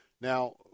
Now